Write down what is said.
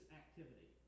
activity